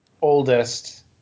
oldest